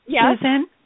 Susan